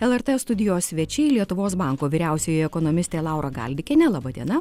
lrt studijos svečiai lietuvos banko vyriausioji ekonomistė laura galdikienė laba diena